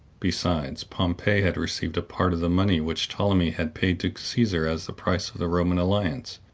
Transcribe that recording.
besides, pompey had received a part of the money which ptolemy had paid to caesar as the price of the roman alliance,